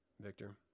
Victor